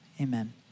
Amen